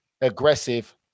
aggressive